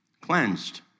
cleansed